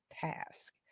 task